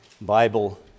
Bible